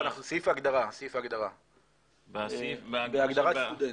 סעיף ההגדרה, בהגדרת סטודנט.